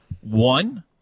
One